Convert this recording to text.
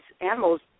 animals